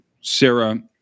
Sarah